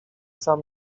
sam